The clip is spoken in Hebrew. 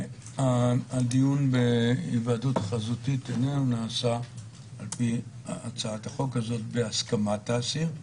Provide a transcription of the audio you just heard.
הדיון בהיוועדות חזותית איננו נעשה על פי הצעת החוק הזאת בהסכמת האסיר,